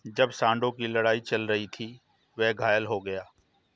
जब सांडों की लड़ाई चल रही थी, वह घायल हो गया